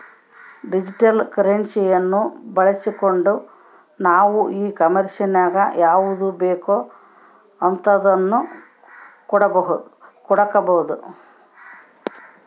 digital ಕರೆನ್ಸಿಯನ್ನ ಬಳಸ್ಗಂಡು ನಾವು ಈ ಕಾಂಮೆರ್ಸಿನಗ ಯಾವುದು ಬೇಕೋ ಅಂತದನ್ನ ಕೊಂಡಕಬೊದು